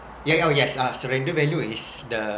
yeah yeah oh yes uh surrender value is the